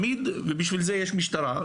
בשביל זה יש משטרה.